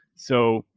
so,